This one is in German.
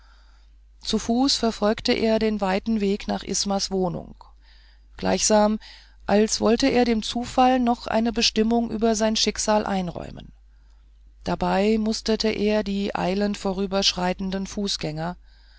zu fuß verfolgte er den weiten weg nach ismas wohnung gleichsam als wollte er dem zufall noch eine bestimmung über sein schicksal einräumen dabei musterte er die eilend einherschreitenden fußgänger